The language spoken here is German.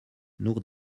nur